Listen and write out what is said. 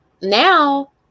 now